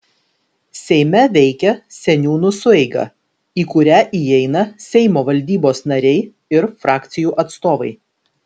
seime veikia seniūnų sueiga į kurią įeina seimo valdybos nariai ir frakcijų atstovai